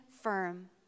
firm